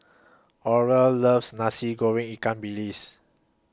Orla loves Nasi Goreng Ikan Bilis